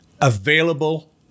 available